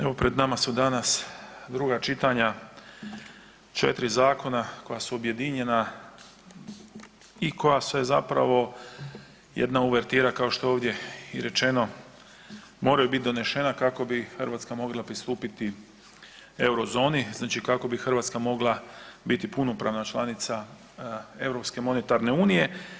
Evo pred nama su danas druga čitanja 4 zakona koja su objedinjena i koja su zapravo jedna uvertira kao što je ovdje i rečeno moraju bit donešena kako bi Hrvatska mogla pristupiti Eurozoni, znači kako bi Hrvatska mogla biti punopravna članica Europske monitarne unije.